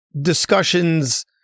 discussions